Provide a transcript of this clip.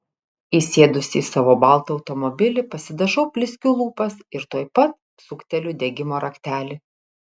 įsėdusi į savo baltą automobilį pasidažau blizgiu lūpas ir tuoj pat sukteliu degimo raktelį